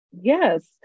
yes